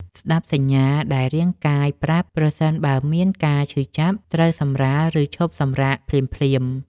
ស្ដាប់សញ្ញាដែលរាងកាយប្រាប់ ប្រសិនបើមានការឈឺចាប់ ត្រូវសម្រាល ឬឈប់សម្រាកភ្លាមៗ។